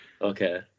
Okay